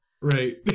right